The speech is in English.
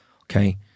okay